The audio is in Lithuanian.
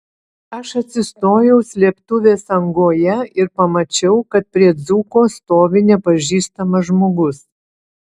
aš atsistojau slėptuvės angoje ir pamačiau kad prie dzūko stovi nepažįstamas žmogus